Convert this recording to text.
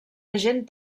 agent